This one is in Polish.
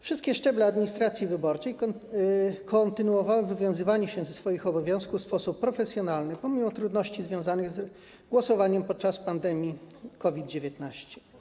Wszystkie szczeble administracji wyborczej kontynuowały wywiązywanie się ze swoich obowiązków w sposób profesjonalny pomimo trudności związanych z głosowaniem podczas pandemii COVID-19.